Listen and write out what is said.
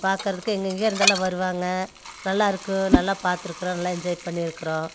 பார்க்கறதுக்கு எங்கங்கேயோ இருந்தெலாம் வருவாங்க நல்லாயிருக்கும் நல்லா பார்த்துருக்றோம் நல்லா என்ஜாய் பண்ணியிருக்குறோம்